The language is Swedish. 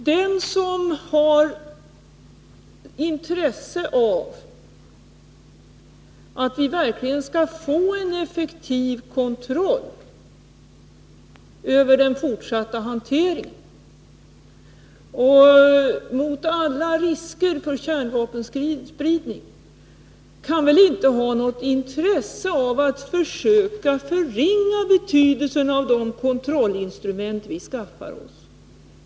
Den som vill att vi verkligen skall få en effektiv kontroll över den fortsatta hanteringen och förhindra alla risker för kärnvapenspridning kan inte ha något intresse av att försöka förringa betydelsen av de kontrollinstrument som vi skaffar oss.